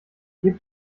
gib